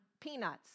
peanuts